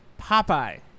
Popeye